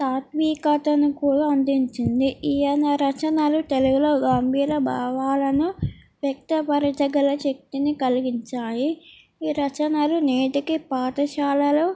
తాత్వికతను అందించింది ఈయన రచనలు తెలుగులో గంభీర భావాలను వ్యక్తపరచగల శక్తిని కలిగించాయి ఈ రచనలు నేటికి పాఠశాలలలో